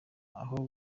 aho